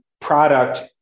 product